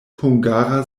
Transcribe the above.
hungara